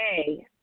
Okay